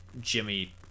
Jimmy